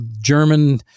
German